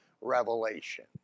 revelation